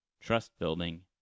trust-building